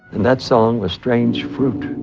and that song was strange fruit.